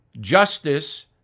Justice